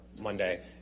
monday